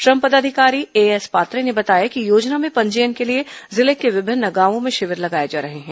श्रम पदाधिकारी एएस पात्रे ने बताया कि योजना में पंजीयन के लिए जिले के विभिन्न गांवों में शिविर लगाए जा रहे हैं